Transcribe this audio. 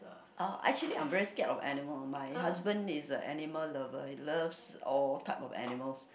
uh actually I'm very scared of animal my husband is a animal lover he loves all type of animals